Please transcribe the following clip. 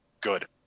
Good